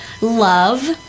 love